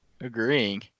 agreeing